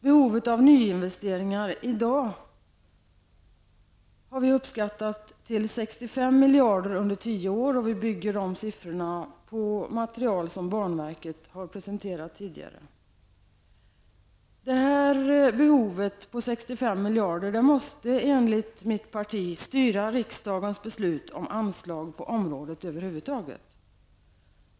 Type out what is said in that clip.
Behovet av nyinvesteringar uppskattar vi i dag till 65 miljarder under en tioårsperiod. Den siffran baseras på material som banverket tidigare har presenterat. Enligt oss i vänsterpartiet måste det här behovet styra riksdagens beslut om anslag på området över huvud taget.